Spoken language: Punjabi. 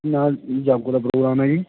ਨਾਲ ਜਾਗੋ ਦਾ ਪ੍ਰੋਗਰਾਮ ਹੈ ਜੀ